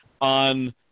on